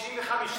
95 ימים.